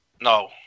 No